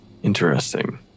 Interesting